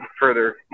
further